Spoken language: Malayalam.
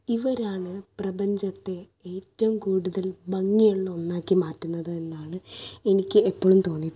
ഇവരാണ് പ്രപഞ്ചത്തെ ഏറ്റവും കൂടുതൽ ഭംഗിയുള്ള ഒന്നാക്കി മാറ്റുന്നത് എന്നാണ് എനിക്ക് എപ്പോഴും തോന്നിയിട്ടുള്ളത്